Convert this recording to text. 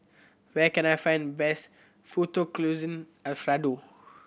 where can I find best Fettuccine Alfredo